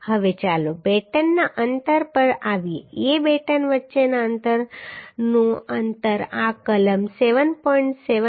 હવે ચાલો બેટનના અંતર પર આવીએ બે બેટન વચ્ચેના અંતરનું અંતર આ કલમ 7